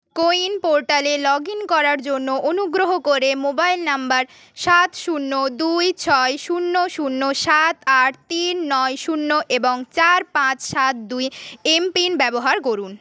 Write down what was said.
কো win পোর্টালে log in করার জন্য অনুগ্রহ করে মোবাইল নম্বর সাত শূন্য দুই ছয় শূন্য শূন্য সাত আট তিন নয় শূন্য এবং চার পাঁচ সাত দুই এম পিন ব্যবহার করুন